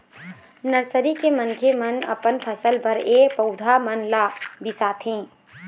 nursery के मनखे मन अपन फसल बर ए पउधा मन ल बिसाथे